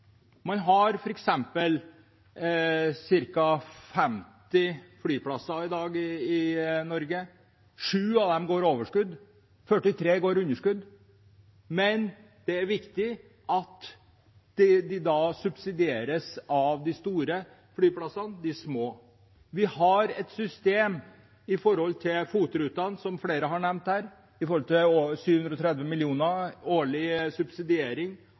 Man har f.eks. ca. 50 flyplasser i Norge i dag. Sju av dem går med overskudd, og 43 går med underskudd. Men det er viktig at de små flyplassene subsidieres av de store flyplassene. Vi har et system med FOT-ruter, som flere har nevnt, med 730 mill. kr årlig subsidiering av flytilbudet i